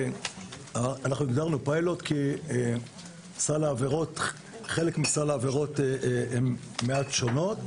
אנחנו הגדרנו פיילוט כי חלק מסל העברות הוא מעט שונה,